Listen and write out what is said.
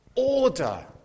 Order